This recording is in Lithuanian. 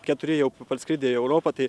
keturi jau parskridę į europą tai